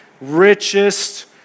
richest